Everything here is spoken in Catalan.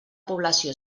població